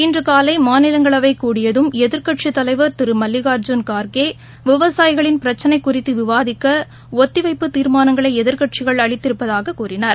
இன்று காலை மாநிலங்களவை கூடியதும் எதிர்க்கட்சித் தலைவர் திரு மல்லிகார்ஜூன் கார்கே விவசாயிகளின் பிரச்சினை குறித்து விவாதிக்க ஒத்திவைப்பு தீர்மானங்களை எதிர்க்கட்சிகள் அளித்திருப்பதாகக் கூறினார்